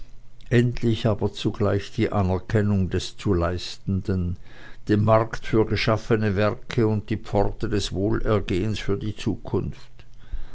endlich aber zugleich die anerkennung des zu leistenden den markt für geschaffene werke und die pforte des wohlergehens für die zukunft